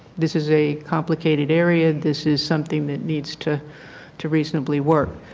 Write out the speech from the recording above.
this is a complicated area in this is something that needs to to reasonably work.